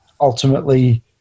ultimately